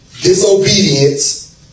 disobedience